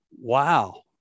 Wow